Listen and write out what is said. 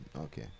Okay